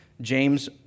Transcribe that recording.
James